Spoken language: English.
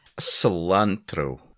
Cilantro